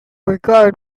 regard